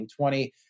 2020